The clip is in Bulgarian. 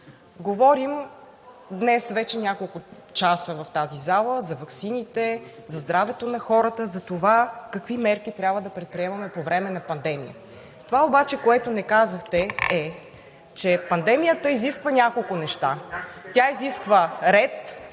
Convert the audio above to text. Говорим днес няколко часа в тази зала за ваксините, за здравето на хората, за това какви мерки трябва да предприемаме по време на пандемия. Това обаче, което не казахте, е, че пандемията изисква няколко неща. Тя изисква ред,